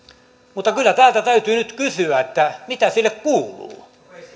mutta kyllä täältä täytyy nyt kysyä mitä sille kuuluu